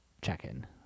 check-in